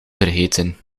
vergeten